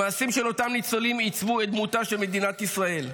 המעשים של אותם ניצולים עיצבו את דמותה של מדינת ישראל.